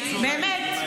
תזונאי, תזונאי.